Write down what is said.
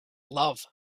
love